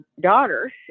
daughters